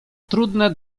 trudne